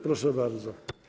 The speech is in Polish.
Proszę bardzo.